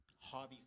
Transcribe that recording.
hobby